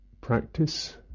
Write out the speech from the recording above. practice